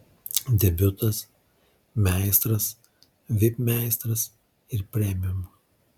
debiutas meistras vip meistras ir premium